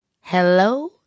Hello